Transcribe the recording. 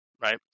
Right